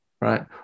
right